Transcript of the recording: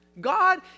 God